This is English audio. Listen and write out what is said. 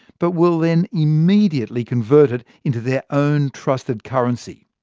but will then immediately convert it into their own trusted currency.